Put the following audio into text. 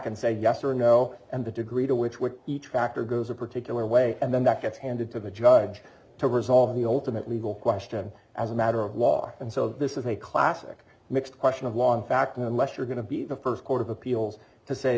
and say yes or no and the degree to which what each factor goes a particular way and then that gets handed to the judge to resolve the alternate legal question as a matter of law and so this is a classic mixed question of law in fact unless you're going to be the first court of appeals to say